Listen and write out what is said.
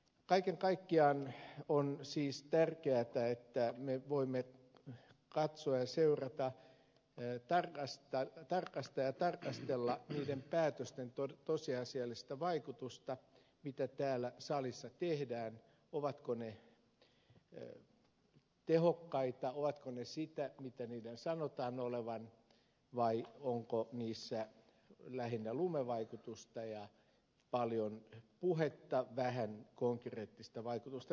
kaiken kaikkiaan on siis tärkeätä että me voimme katsoa ja seurata tarkastaa ja tarkastella niiden päätösten tosiasiallista vaikutusta mitä täällä salissa tehdään ovatko ne tehokkaita ovatko ne sitä mitä niiden sanotaan olevan vai onko niissä lähinnä lumevaikutusta ja paljon puhetta vähän konkreettista vaikutusta